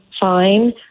fine